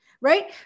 right